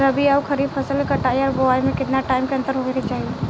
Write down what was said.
रबी आउर खरीफ फसल के कटाई और बोआई मे केतना टाइम के अंतर होखे के चाही?